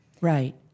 Right